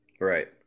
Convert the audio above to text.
Right